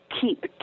Keep